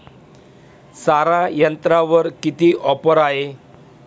सारा यंत्रावर किती ऑफर आहे?